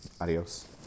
Adios